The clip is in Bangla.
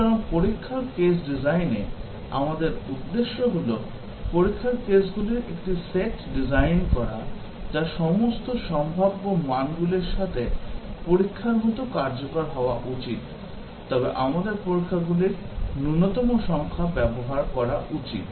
সুতরাং পরীক্ষার কেস ডিজাইনে আমাদের উদ্দেশ্য হল পরীক্ষার কেসগুলির একটি সেট ডিজাইন করা যা সমস্ত সম্ভাব্য মানগুলির সাথে পরীক্ষার মতো কার্যকর হওয়া উচিত তবে আমাদের পরীক্ষাগুলির ন্যূনতম সংখ্যা ব্যবহার করা উচিত